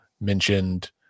mentioned